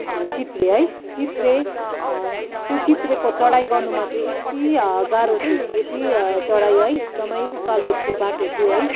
चित्रे है चित्रे त्यो चित्रेको चडाइ गर्नुमा चाहिँ यति गाह्रो थियो कि यति चडाइ है एकदमै उकालो थियो बाटो थियो है